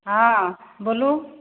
हँ बोलू